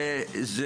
זה